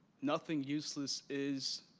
nothing useless is,